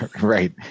Right